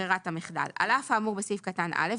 בסעיף קטן (א),